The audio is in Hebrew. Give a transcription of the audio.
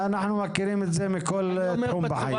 אנחנו מכירים את זה מכל תחום בחיים.